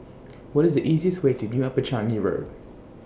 What IS The easiest Way to New Upper Changi Road